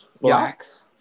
Black's